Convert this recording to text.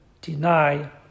deny